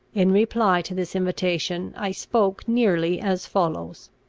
in reply to this invitation, i spoke nearly as follows